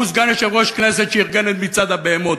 והוא סגן יושב-ראש כנסת שארגן את "מצעד הבהמות".